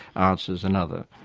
answers another.